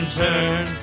turn